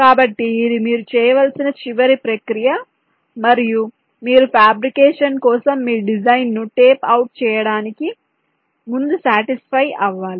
కాబట్టి ఇది మీరు చేయవలసిన చివరి ప్రక్రియ మరియు మీరు ఫ్యాబ్రికేషన్ కోసం మీ డిజైన్ను టేప్ అవుట్ చేయడానికి ముందు సాటిస్ఫై అవ్వాలి